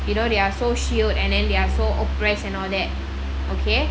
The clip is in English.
you know they are so shield and then they are so uprise and all that okay